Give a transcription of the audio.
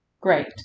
Great